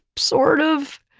sort of.